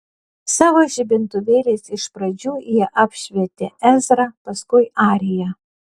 savo žibintuvėliais iš pradžių jie apšvietė ezrą paskui ariją